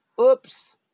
oops